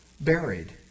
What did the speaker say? buried